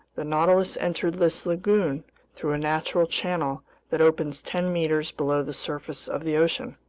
the nautilus entered this lagoon through a natural channel that opens ten meters below the surface of the ocean.